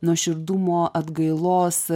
nuoširdumo atgailos